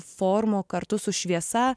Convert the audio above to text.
formų kartu su šviesa